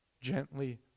Gently